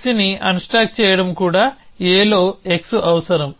xని అన్స్టాక్ చేయడం కూడా Aలో x అవసరం